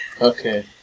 okay